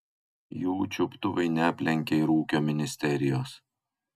jų čiuptuvai neaplenkė ir ūkio ministerijos